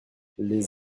les